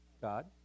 God